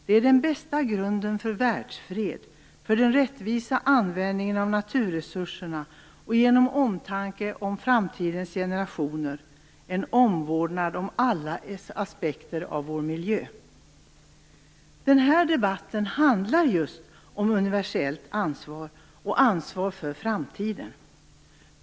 Det är den bästa grunden för världsfred, för den rättvisa användningen av naturresurserna och genom omtanke om framtidens generationer - en omvårdnad om alla aspekter av vår miljö." Den här debatten handlar just om universellt ansvar och ansvar för framtiden.